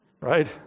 right